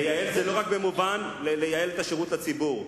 לייעל זה לא רק במובן של לייעל את השירות לציבור.